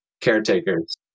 Caretakers